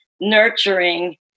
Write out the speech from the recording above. nurturing